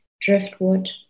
driftwood